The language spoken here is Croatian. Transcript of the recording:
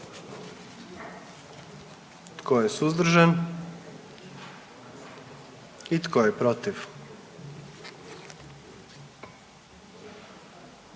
Tko je suzdržan? I tko je protiv?